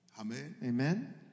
Amen